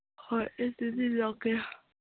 ꯍꯣꯏ ꯑꯗꯨꯗꯤ ꯂꯥꯛꯀꯦ